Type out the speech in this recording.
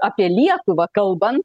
apie lietuvą kalbant